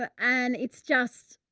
ah and it's just.